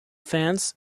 fans